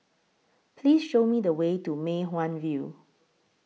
Please Show Me The Way to Mei Hwan View